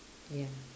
ya